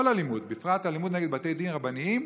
כל אלימות, בפרט אלימות נגד בתי דין רבניים,